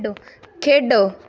खेढो